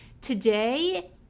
Today